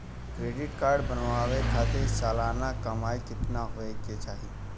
Credit card बनवावे खातिर सालाना कमाई कितना होए के चाही?